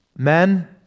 Men